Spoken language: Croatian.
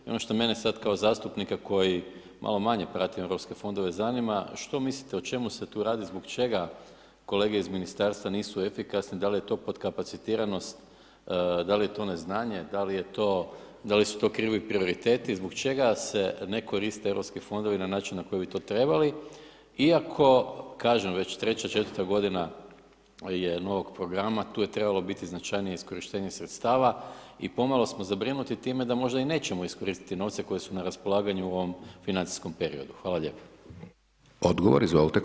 I ono što mene sad kao zastupnika koji malo manje prati Europske fondove, zanima, što mislite o čemu se tu radi, zbog čega kolege iz Ministarstva nisu efikasni, dal je to potkapacitiranost, dal je to neznanje, da li su to krivi prioriteti, zbog čega se ne koriste Europski fondovi na način na koji bi to trebali iako, kažem već treća, četvrta godina, je novog programa, tu je trebalo biti značajnije iskorištenje sredstava i pomalo smo zabrinuti time da možda i nećemo iskoristiti novce koji su na raspolaganju u ovom financijskom periodu.